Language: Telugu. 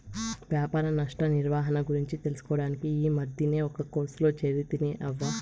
వ్యాపార నష్ట నిర్వహణ గురించి తెలుసుకోడానికి ఈ మద్దినే ఒక కోర్సులో చేరితిని అవ్వా